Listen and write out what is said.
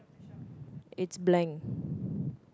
it's blank